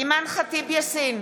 אימאן ח'טיב יאסין,